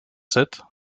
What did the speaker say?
sept